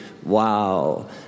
Wow